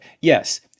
yes